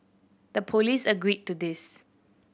the police agreed to this